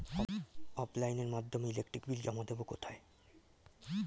অফলাইনে এর মাধ্যমে ইলেকট্রিক বিল জমা দেবো কোথায়?